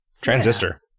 Transistor